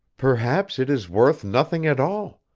perhaps it is worth nothing at all.